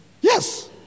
Yes